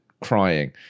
crying